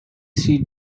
she